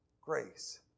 Grace